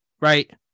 Right